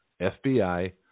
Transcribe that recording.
FBI